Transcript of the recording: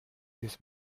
this